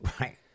Right